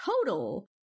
total